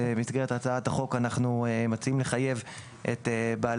במסגרת הצעת החוק אנחנו מציעים לחייב את בעלי